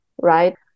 right